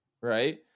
Right